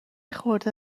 خورده